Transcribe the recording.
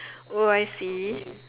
oh I see